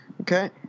Okay